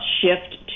shift